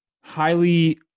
highly